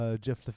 Jeff